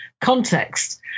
context